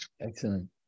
Excellent